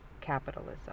capitalism